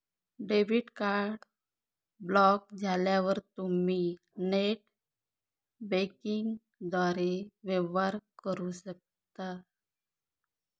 debit card block झाल्यावर तुम्ही net बँकिंगद्वारे वेवहार करू शकता